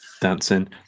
Dancing